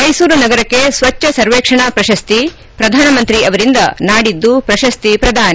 ಮೈಸೂರು ನಗರಕ್ಕೆ ಸ್ವಚ್ಛ ಸರ್ವೇಕ್ಷಣಾ ಪ್ರಶಸ್ತಿ ಪ್ರಧಾನಮಂತ್ರಿ ಅವರಿಂದ ನಾಡಿದ್ದು ಪ್ರಶಸ್ತಿ ಪ್ರದಾನ